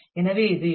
எனவே இது எல்